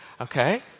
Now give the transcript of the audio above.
okay